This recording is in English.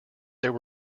there